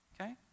Okay